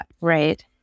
right